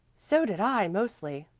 so did i mostly,